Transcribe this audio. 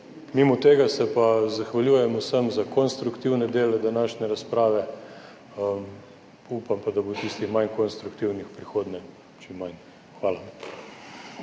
Mimo tega se pa zahvaljujem vsem za konstruktivne dele današnje razprave, upam pa, da bo tistih manj konstruktivnih v prihodnje čim manj. Hvala.